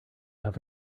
have